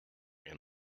and